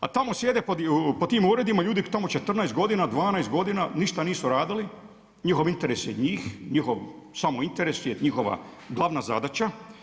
A tamo sjede po tim uredima ljudi tamo 14 godina, 12 godina, ništa nisu radili, njihov interes je njih, njihov samo interes je njihova glavna zadaća.